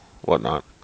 whatnot